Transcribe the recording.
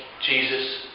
Jesus